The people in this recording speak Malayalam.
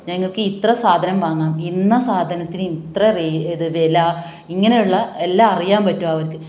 ഞങ്ങൾക്ക് ഇത്ര സാധനം വാങ്ങാം ഇന്ന സാധനത്തിന് ഇത്ര റേ ഇത് വില ഇങ്ങനെയുള്ള എല്ലാം അറിയാൻ പറ്റും അവർക്ക്